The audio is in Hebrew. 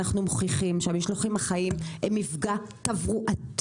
אנחנו מוכיחים שהמשלוחים החיים הם מפגע תברואתי,